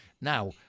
Now